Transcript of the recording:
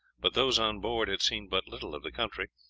but those on board had seen but little of the country,